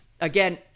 Again